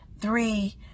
Three